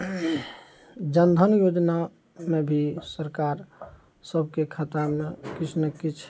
जन धन योजनामे भी सरकार सबके खातामे किछु ने किछु